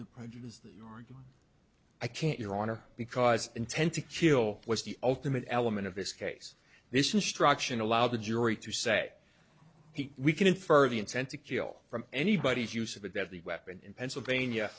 the prejudice that you're i can't your honor because intent to kill was the ultimate element of this case this instruction allow the jury to say we can infer the intent to kill from anybody's use of a deadly weapon in pennsylvania